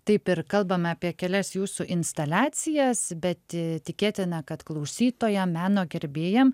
taip ir kalbame apie kelias jūsų instaliacijas bet tikėtina kad klausytojam meno gerbėjam